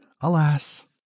Alas